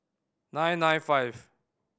nine nine five